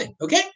okay